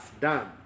done